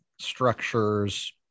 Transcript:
structures